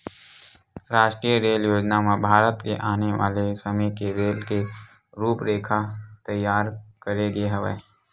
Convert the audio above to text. रास्टीय रेल योजना म भारत के आने वाले समे के रेल के रूपरेखा तइयार करे गे हवय